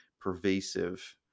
pervasive